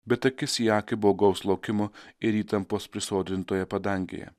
bet akis į akį baugaus laukimo ir įtampos prisodrintoje padangėje